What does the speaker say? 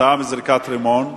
כתוצאה מזריקת רימון.